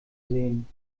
sehen